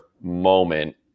moment